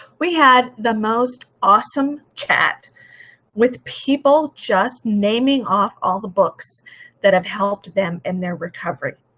we had the most awesome chat with people just naming off all the books that have helped them in their recovery